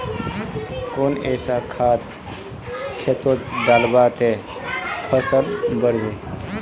कुन ऐसा खाद खेतोत डालबो ते फसल बढ़बे?